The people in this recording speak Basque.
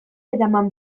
eraman